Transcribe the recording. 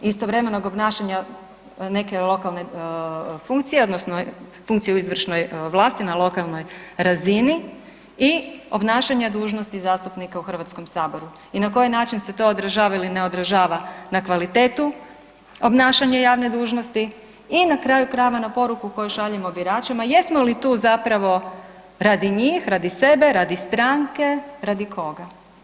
Istovremenog obnašanja neke lokalne funkcije odnosno funkcije u izvršnoj vlasti na lokalnoj razini i obnašanja dužnosti zastupnika u Hrvatskom saboru i na koji način to odražava ili ne odražava na kvalitetu obnašanja javne dužnosti i na kraju krajeve na poruku koju šaljemo biračima jesmo li tu zapravo radi njih, radi sebe, radi stranke, radi koga.